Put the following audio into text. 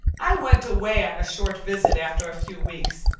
i went away on a short visit after a few weeks,